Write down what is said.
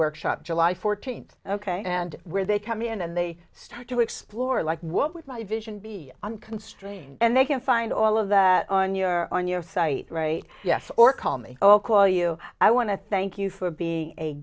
workshop july fourteenth ok and where they come in and they start to explore like what would my vision be unconstrained and they can find all of that on your on your site right yes or call me or call you i want to thank you for being a